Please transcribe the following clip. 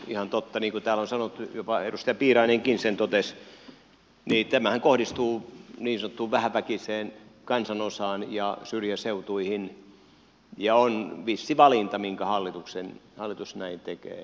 ihan totta niin kuin täällä on sanottu jopa edustaja piirainenkin sen totesi tämähän kohdistuu niin sanottuun vähäväkiseen kansanosaan ja syrjäseutuihin ja on vissi valinta miksi hallitus näin tekee